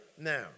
Now